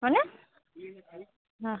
હં ને હા